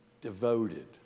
Devoted